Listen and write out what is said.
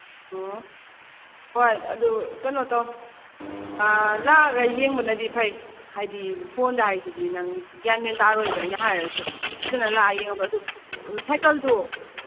ꯑꯣ ꯍꯣꯏ ꯑꯗꯨ ꯀꯩꯅꯣ ꯇꯧ ꯂꯥꯛꯑꯒ ꯌꯦꯡꯕꯅꯗꯤ ꯐꯩ ꯍꯥꯏꯗꯤ ꯐꯣꯟꯗ ꯍꯥꯏꯁꯤꯗꯤ ꯅꯪ ꯒ꯭ꯌꯥꯟ ꯃꯦꯟ ꯇꯥꯔꯣꯏꯕ ꯑꯩꯅ ꯍꯥꯏꯔꯁꯨ ꯑꯗꯨꯅ ꯂꯥꯛꯑ ꯌꯦꯡꯉꯣ ꯑꯗꯨ ꯁꯥꯏꯀꯜꯗꯨ